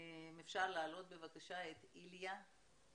אם אפשר להעלות בבקשה את איליה לוין.